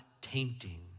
tainting